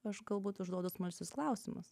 aš galbūt užduodu smalsius klausimus